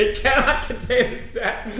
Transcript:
ah cannot contain